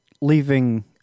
leaving